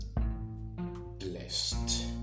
blessed